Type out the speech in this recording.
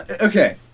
Okay